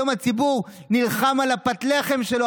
היום הציבור נלחם על פת הלחם שלו,